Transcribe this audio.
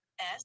-s